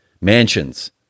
mansions